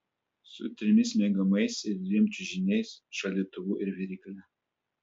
su trimis miegamaisiais dviem čiužiniais šaldytuvu ir virykle